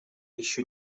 еще